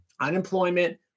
unemployment